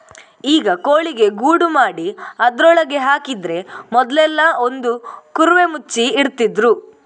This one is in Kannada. ಈಗ ಕೋಳಿಗೆ ಗೂಡು ಮಾಡಿ ಅದ್ರೊಳಗೆ ಹಾಕಿದ್ರೆ ಮೊದ್ಲೆಲ್ಲಾ ಒಂದು ಕುರುವೆ ಮುಚ್ಚಿ ಇಡ್ತಿದ್ರು